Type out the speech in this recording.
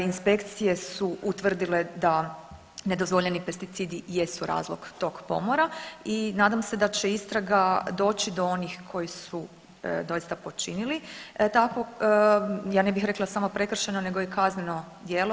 Inspekcije su utvrdile da nedozvoljeni pesticidi jesu razlog tog pomora i nadam se da će istraga doći do onih koji su doista počinili takvo ja ne bih rekla samo prekršajno, nego i kazneno djelo.